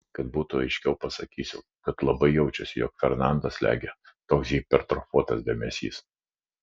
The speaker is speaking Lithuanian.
kad būtų aiškiau pasakysiu kad labai jaučiasi jog fernando slegia toks hipertrofuotas dėmesys